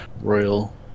royal